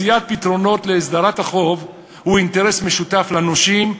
מציאת פתרונות להסדרת החוב היא אינטרס משותף לנושים,